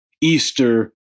Easter